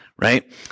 right